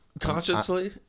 Consciously